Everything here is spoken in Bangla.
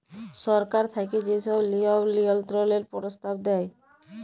সরকার থ্যাইকে যে ছব লিয়ম লিয়ল্ত্রলের পরস্তাব দেয়